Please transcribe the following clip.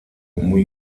muy